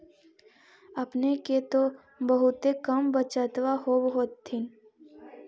अपने के तो बहुते कम बचतबा होब होथिं?